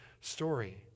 story